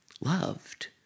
loved